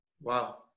Wow